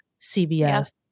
CBS